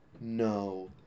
No